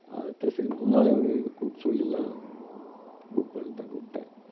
அதுக்கு தான் சரி முன்னாலயே உங்கள் கிட்ட கூப்பிடு சொல்லிர்லாம் புக் பண்ணதான் கூப்பிடன்